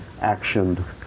action